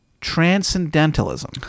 transcendentalism